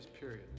period